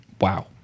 wow